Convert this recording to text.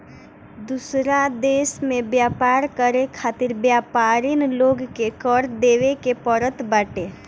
दूसरा देस में व्यापार करे खातिर व्यापरिन लोग के कर देवे के पड़त बाटे